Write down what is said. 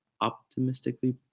Optimistically